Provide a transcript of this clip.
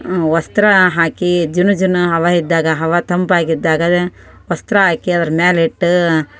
ವಸ್ತ್ರ ಹಾಕಿ ಜುನು ಜುನು ಹವಾ ಇದ್ದಾಗ ಹವಾ ತಂಪಾಗಿದ್ದಾಗ ವಸ್ತ್ರ ಹಾಕಿ ಅದರ ಮೇಲಿಟ್ಟೂ